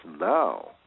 now